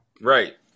Right